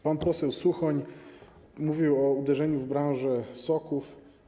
Pan poseł Suchoń mówił o uderzeniu w branżę soków.